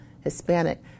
Hispanic